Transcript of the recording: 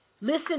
Listen